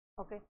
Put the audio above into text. okay